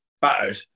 battered